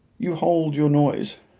you hold your noise,